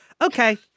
Okay